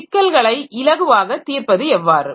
சிக்கல்களை இலகுவாக தீர்ப்பது எவ்வாறு